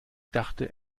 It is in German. dachte